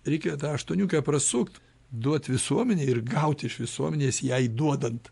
reikia tą aštuoniukę prasukt duot visuomenei ir gauti iš visuomenės jai duodant